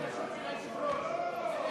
נו, מה.